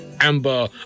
amber